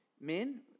Men